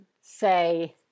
say